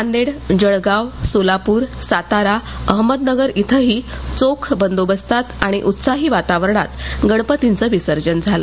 नांदेड जळगाव सोलापूर सातारा अहमदनगर इथं ही चोख बंदोबस्तात आणि उत्साही वातावरणात गणपतधंचं विसर्जन झालं